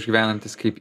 išgyvenantys kaip